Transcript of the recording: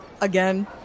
Again